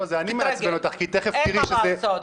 תתרגל, אין מה לעשות.